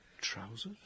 Trousers